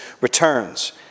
returns